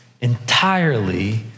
entirely